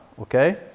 okay